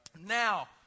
Now